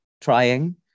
trying